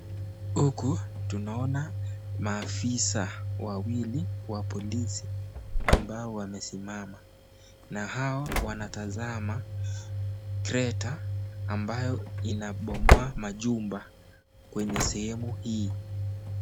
Huku tunaona maafisa wawili wa polisi ambao wamesimama na hao wanatazama trekta ambayo inabomoa majumba kwenye sehemu hii.